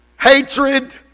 hatred